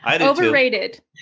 overrated